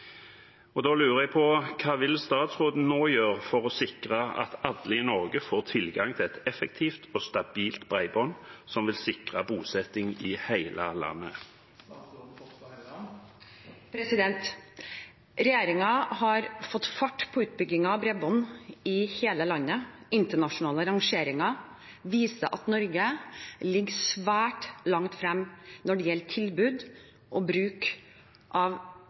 Hva vil statsråden nå gjøre for å sikre at alle i Norge får tilgang til et effektivt og stabilt bredbånd, som vil sikre bosetting i hele landet?» Regjeringen har fått fart på utbyggingen av bredbånd i hele landet. Internasjonale rangeringer viser at Norge ligger svært langt fremme når det gjelder tilbud og bruk av